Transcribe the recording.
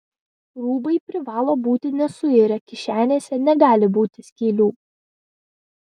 rūbai privalo būti nesuirę kišenėse negali būti skylių